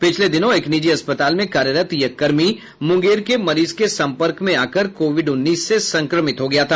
पिछले दिनों एक निजी अस्पताल में कार्यरत यह कर्मी मुंगेर के मरीज के संपर्क में आकर कोविड उन्नीस से संक्रमित हो गया था